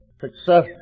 success